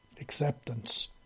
Acceptance